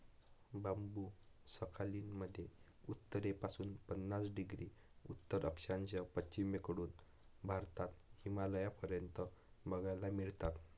बांबु Sakhalin मध्ये उत्तरेपासून पन्नास डिग्री उत्तर अक्षांश, पश्चिमेकडून भारत, हिमालयापर्यंत बघायला मिळतात